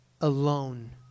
alone